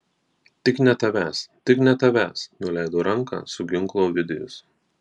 tik ne tavęs tik ne tavęs nuleido ranką su ginklu ovidijus